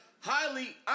highly